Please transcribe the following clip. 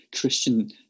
Christian